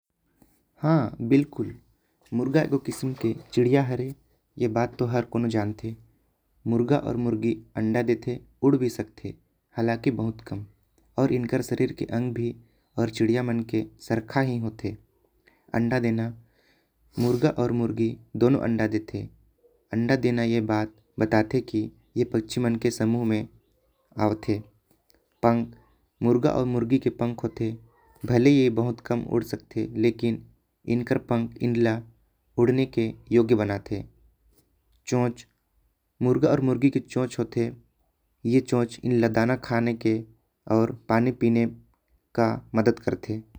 ह बिल्कुल मुर्गा एगो किस्म के चिड़िया हैवे ए बात तो हर कोनो जानते मुर्गा आऊ। मुर्गी अंडा देते आऊ उड़ भी सकते हालांकि बहुत कम आऊ। इनकर शरीर के अंग भी आऊ चिड़िया मन के सरकाही होते। अंडा देना मुर्गा आऊ मुर्गी दोनों अंडा देते अंडा देना ए बात बाते। की ए पक्छी मन के समूह में आवत हे पंख मुर्गा आऊ मुर्गी के पंख होते। भले ही ए बहुत कम उड़ सकते लेकिन इनकार पंख इनला उड़े। के योग बाते चोंच मुर्गा आऊ मुर्गी के चोंच होते। ए चोंच इनला दाना खाने के और पानी पिए के मदद करते।